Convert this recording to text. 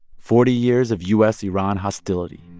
forty years of u s iran hostility